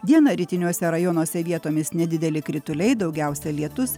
dieną rytiniuose rajonuose vietomis nedideli krituliai daugiausia lietus